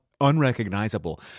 Unrecognizable